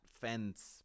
fence